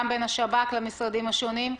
גם בין השב"כ למשרדים השונים.